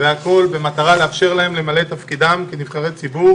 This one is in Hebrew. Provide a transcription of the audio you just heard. והכול במטרה לאפשר להם למלא את תפקידם כנבחרי ציבור